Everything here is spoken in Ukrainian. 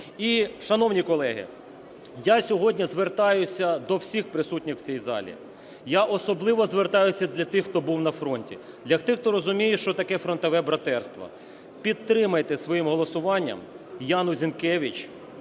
І, шановні колеги, я сьогодні звертаюся до всіх присутніх в цій залі, я особливо звертаюся для тих, хто був на фронті, для тих, хто розуміє, що таке фронтове братерство: підтримайте своїм голосуванням Яну Зінкевич